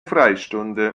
freistunde